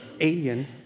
alien